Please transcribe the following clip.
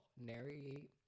narrate